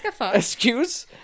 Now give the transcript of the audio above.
excuse